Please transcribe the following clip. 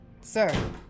Sir